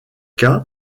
cas